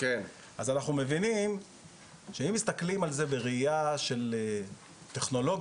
אז אנחנו מבינים שאם מסתכלים על זה בראייה טכנולוגית,